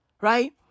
right